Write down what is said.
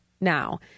now